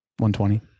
120